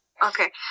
Okay